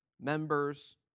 members